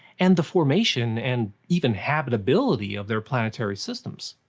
and the formation and even habitability of their planetary systems.